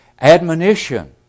admonition